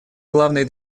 главной